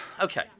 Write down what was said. okay